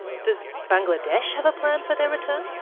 does bangladesh have a plan for their return?